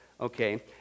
okay